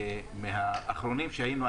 מהאחרונים שהיינו,